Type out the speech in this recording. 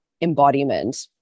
Embodiment